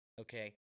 okay